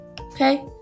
Okay